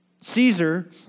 Caesar